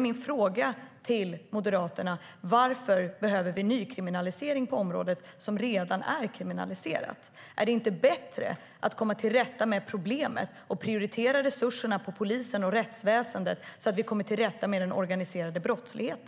Min fråga till Moderaterna är varför vi behöver en nykriminalisering på området när det redan är kriminaliserat. Är det inte bättre att prioritera resurserna till polisen och rättsväsendet så att vi kommer till rätta med den organiserade brottsligheten?